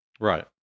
Right